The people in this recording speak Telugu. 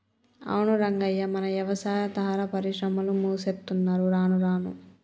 అవును రంగయ్య మన యవసాయాదార పరిశ్రమలు మూసేత్తున్నరు రానురాను